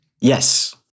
yes